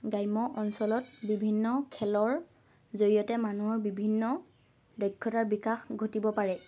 গ্ৰাম্য অঞ্চলত বিভিন্ন খেলৰ জৰিয়তে মানুহৰ বিভিন্ন দক্ষতাৰ বিকাশ ঘটিব পাৰে